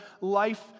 life